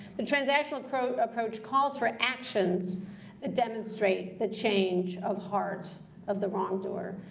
the transactional approach approach calls for actions that demonstrate the change of heart of the wrongdoer.